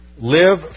live